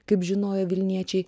kaip žinojo vilniečiai